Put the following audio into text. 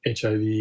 HIV